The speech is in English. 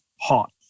hot